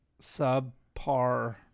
subpar